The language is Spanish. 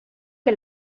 que